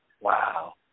wow